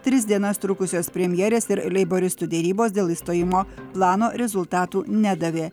tris dienas trukusios premjerės ir leiboristų derybos dėl išstojimo plano rezultatų nedavė